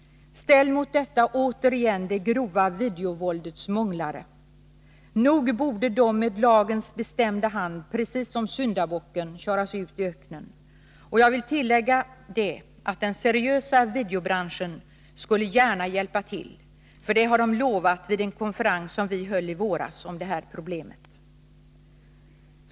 Ställ mot detta återigen det grova videovåldets månglare. Nog borde de med lagens bestämda hand köras ut i öknen precis som syndabocken. Och jag vill tillägga att den seriösa videobranschen gärna skulle hjälpa till, för det har man lovat vid en konferens som vi höll i våras om det här problemet.